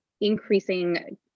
increasing